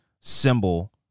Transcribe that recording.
symbol